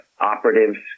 operatives